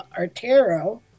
Artero